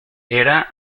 era